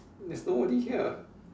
there's nobody here